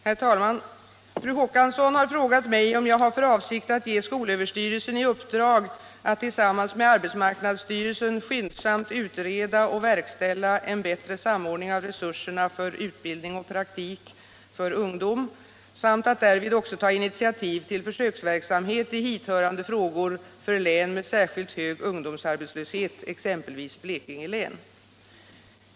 Herr talman! Fru Håkansson har frågat mig om jag har för avsikt att ge skolöverstyrelsen i uppdrag att tillsammans med arbetsmarknadsstyrelsen skyndsamt utreda och verkställa en bättre samordning av resurserna för utbildning och praktik för ungdom samt att därvid också ta initiativ till försöksverksamhet i hithörande frågor för län med särskilt hög ungdomsarbetslöshet, exempelvis Blekinge län.